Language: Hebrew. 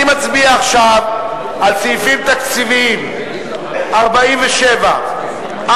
אני מצביע עכשיו על סעיפים תקציביים 47 98,